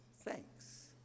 thanks